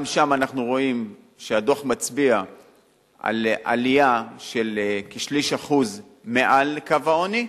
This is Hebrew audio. גם שם אנחנו רואים שהדוח מצביע על עלייה של כשליש אחוז מעל קו העוני.